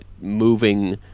moving